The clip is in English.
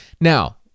Now